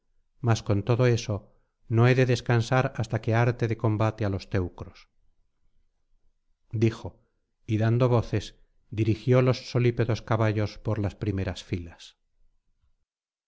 mas con todo eso no he de descansar hasta que harte de combate á los teucros dijo y dando voces dirigió los solípedos caballos por las primeras filas